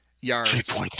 yards